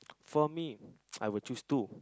for me I would choose two